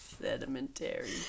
Sedimentary